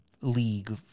league